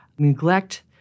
Neglect